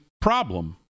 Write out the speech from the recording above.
problem